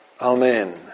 Amen